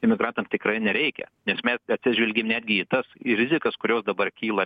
imigrantam tikrai nereikia nes mes atsižvelgėm netgi į tas rizikas kurios dabar kyla